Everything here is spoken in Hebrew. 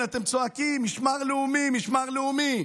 כן, אתם צועקים: משמר לאומי, משמר לאומי.